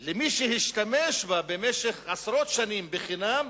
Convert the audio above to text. למי שהשתמש בה במשך עשרות שנים בחינם,